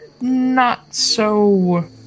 not-so-